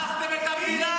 הרסתם את המדינה.